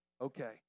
okay